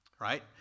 right